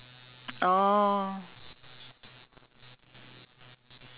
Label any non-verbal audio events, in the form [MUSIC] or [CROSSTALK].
[LAUGHS] just now I took bread only wholemeal bread